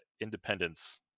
Independence